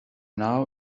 now